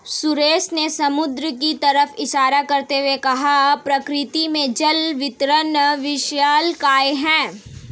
सुरेश ने समुद्र की तरफ इशारा करते हुए कहा प्रकृति में जल वितरण विशालकाय है